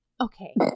okay